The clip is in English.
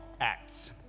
Acts